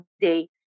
day